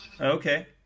Okay